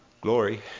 Glory